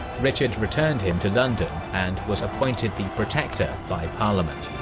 richard returned him to london and was appointed the protector by parliament.